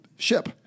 ship